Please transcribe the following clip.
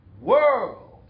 world